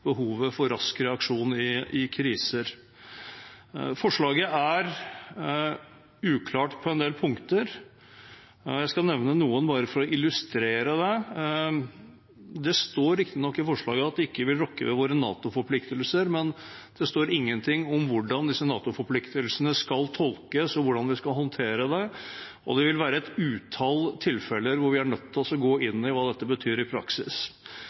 behovet for rask reaksjon i kriser. Forslaget er uklart på en del punkter. Jeg skal nevne noen for å illustrere det. Det står riktignok i forslaget at det ikke vil rokke ved våre NATO-forpliktelser, men det står ingenting om hvordan disse NATO-forpliktelsene skal tolkes, og hvordan vi skal håndtere det. Det vil være et utall tilfeller hvor vi er nødt til å gå inn i hva dette betyr i praksis.